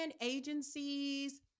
agencies